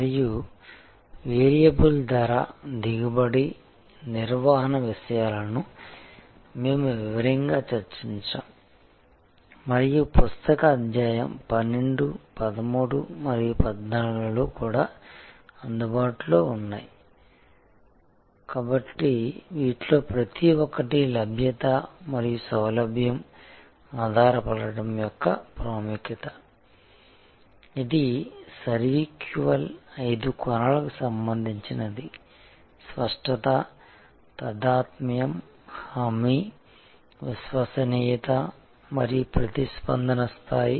మరియు వేరియబుల్ ధర దిగుబడి నిర్వహణ విషయాలను మేము వివరంగా చర్చించాము మరియు పుస్తక అధ్యాయం 12 13 మరియు 14 లో కూడా అందుబాటులో ఉన్నాయి కాబట్టి వీటిలో ప్రతి ఒక్కటి లభ్యత మరియు సౌలభ్యం ఆధారపడటం యొక్క ప్రాముఖ్యత ఇది సర్వీక్యువల్ ఐదు కోణాలకు సంబంధించినది స్పష్టత తాదాత్మ్యం హామీ విశ్వసనీయత మరియు ప్రతిస్పందన స్థాయి